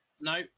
No